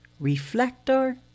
Reflector